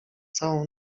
całą